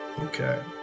Okay